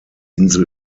insel